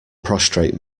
prostrate